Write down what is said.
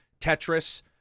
tetris